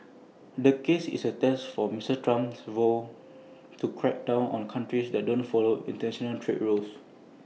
the case is A test form Mister Trump's vow to crack down on countries that don't follow International trade rules